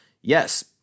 yes